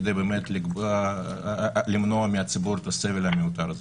כדי למנוע מהציבור את הסבל המיותר הזה.